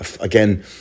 Again